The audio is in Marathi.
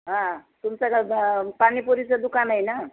हां तुमचं कसं पाणीपुरीचं दुकान आहे ना